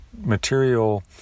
material